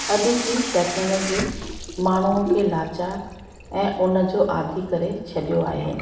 अॼ जी टेक्नोलॉजी माण्हूअ खे लाचार ऐं उन जो आदि करे छॾियो आहे